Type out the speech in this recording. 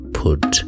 put